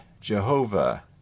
Jehovah